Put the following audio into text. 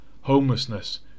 homelessness